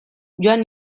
joan